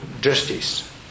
justice